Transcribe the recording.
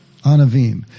anavim